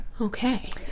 Okay